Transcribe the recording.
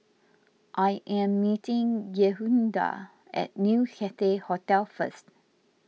I am meeting Yehuda at New Cathay Hotel first